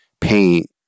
paint